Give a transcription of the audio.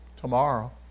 tomorrow